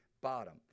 bottom